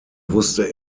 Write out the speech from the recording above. wusste